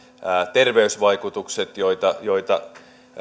terveysvaikutukset joita joita